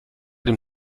dem